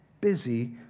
busy